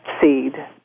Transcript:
Seed